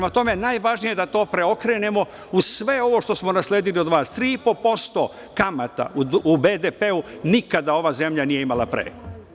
Najvažnije je da to preokrenemo uz sve ovo što smo nasledili od vas, 3,5% kamata u BDP nikada ova zemlja nije imala pre.